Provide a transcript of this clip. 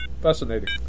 Fascinating